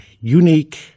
unique